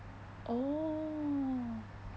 oh